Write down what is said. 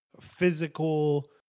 physical